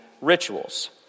rituals